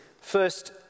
First